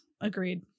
agreed